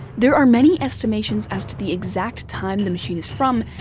there are many estimations as to the exact time the machine is from,